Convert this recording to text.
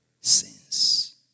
sins